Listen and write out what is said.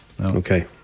Okay